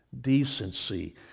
decency